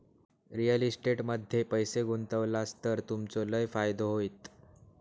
real estate मध्ये पैशे गुंतवलास तर तुमचो लय फायदो होयत